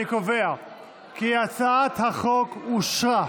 אני קובע כי הצעת החוק אושרה.